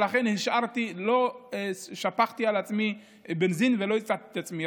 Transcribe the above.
ולכן לא שפכתי על עצמי בנזין ולא הצתי את עצמי.